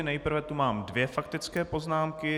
Nejprve tu mám dvě faktické poznámky.